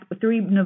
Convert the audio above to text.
three